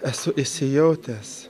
esu įsijautęs